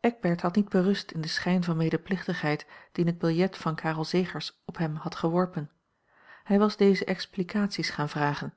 eckbert had niet berust in den schijn van medeplichtigheid dien het biljet van karel zegers op hem had geworpen hij was dezen explicaties gaan vragen